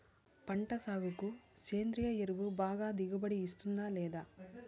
పంట సాగుకు సేంద్రియ ఎరువు బాగా దిగుబడి ఇస్తుందా లేదా